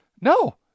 no